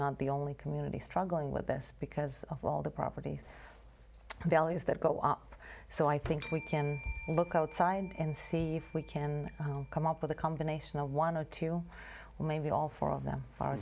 not the only community struggling with this because of all the property values that go up so i think we can look outside and see if we can come up with a combination of one or two well maybe all four of them